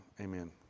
Amen